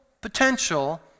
potential